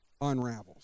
unravels